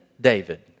David